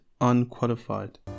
unqualified